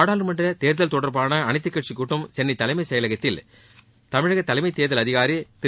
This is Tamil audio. நாடாளுமன்ற தேர்தல் தொடர்பான அனைத்துக் கட்சிக் கூட்டம் சென்னை தலைமைச் செயலத்தில் தமிழக தலைமைத் தேர்தல் அதிகாரி திரு